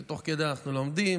ותוך כדי אנחנו לומדים,